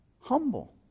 humble